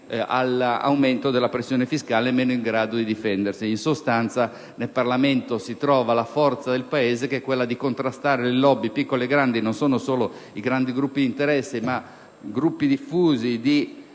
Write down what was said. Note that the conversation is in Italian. all'aumento della pressione fiscale e meno in grado di difendersi. In sostanza, nel Parlamento si trova la forza del Paese, che è quella di contrastare le *lobby* (piccole e grandi: non sono solo i grandi gruppi d'interesse, ma i gruppi diffusi di